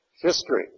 history